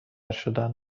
شدن